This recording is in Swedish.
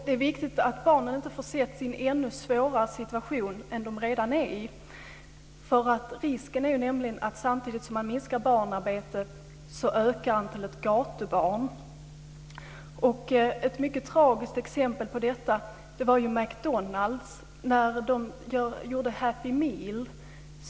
Det är viktigt att barnen inte försätts i en ännu svårare situation än den som de redan befinner sig i. Det är nämligen risk för att samtidigt som man minskar barnarbetet ökar man antalet gatubarn. Ett mycket tragiskt exempel på detta var McDonalds Happy Meal.